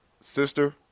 Sister